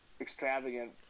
extravagant